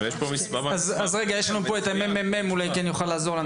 רגע, הממ"מ אולי כן יוכל לעזור לנו.